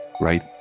right